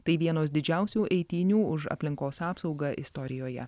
tai vienos didžiausių eitynių už aplinkos apsaugą istorijoje